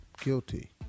guilty